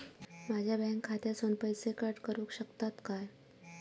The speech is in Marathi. माझ्या बँक खात्यासून पैसे कट करुक शकतात काय?